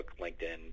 LinkedIn